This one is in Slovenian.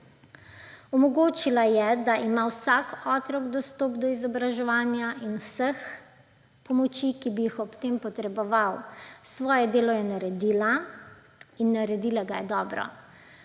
Omogočila je, da ima vsak otrok dostop do izobraževanja in vseh pomoči, ki bi jih ob teh potreboval. Svoje delo je naredila in naredila ga je dobro.